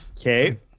Okay